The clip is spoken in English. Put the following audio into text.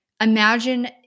imagine